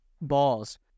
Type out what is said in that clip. balls